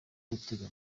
gutega